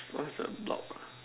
what's the block